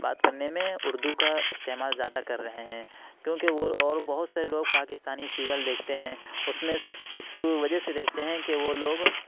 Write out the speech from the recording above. بات کرنے میں اُردو کا استعمال زیادہ کر رہے ہیں کیوں کہ وہ اور بہت سارے لوگ پاکستانی سیریل دیکھتے ہیں اُس میں صرف اِس وجہ سے دیکھتے ہیں کہ وہ لوگ